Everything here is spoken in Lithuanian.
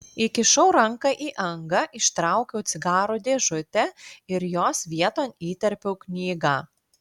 įkišau ranką į angą ištraukiau cigarų dėžutę ir jos vieton įterpiau knygą